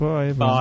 Bye